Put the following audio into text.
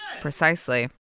Precisely